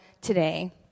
today